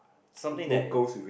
something that